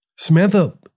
Samantha